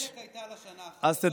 חלק היה לשנה החדשה,